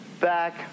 back